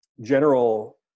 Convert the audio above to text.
general